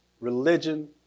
religion